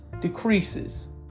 decreases